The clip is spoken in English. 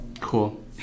cool